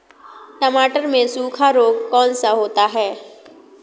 टमाटर में सूखा रोग कौन सा होता है?